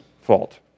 fault